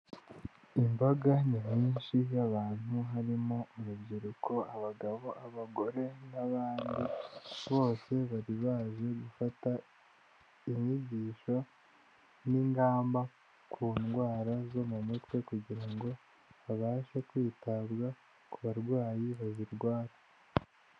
Imbaga nyamwinshi y'abantu harimo urubyiruko, abagabo, abagore n'abandi, bose bari baje gufata inyigisho n'ingamba ku ndwara zo mu mutwe kugira ngo habashe kwitabwa ku barwayi bazirwaye.